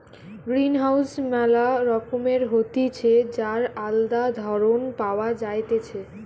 greenhouse ম্যালা রকমের হতিছে যার আলদা ধরণ পাওয়া যাইতেছে